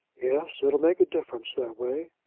yes it'll make a difference that way.